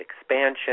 expansion